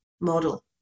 model